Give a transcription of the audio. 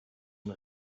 une